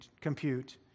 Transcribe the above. compute